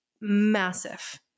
massive